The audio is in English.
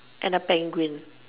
and a penguin